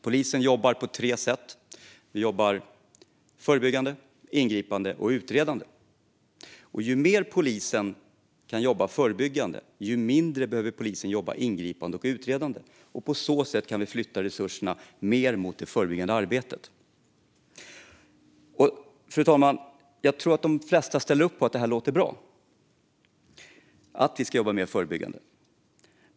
Polisen jobbar på tre sätt: förebyggande, ingripande och utredande. Ju mer polisen kan jobba förebyggande, desto mindre behöver de jobba ingripande och utredande. På så sätt kan vi flytta resurserna mer till det förebyggande arbetet. Fru talman! Jag tror att de flesta ställer upp på det här och tycker att det låter bra att vi ska jobba mer förebyggande.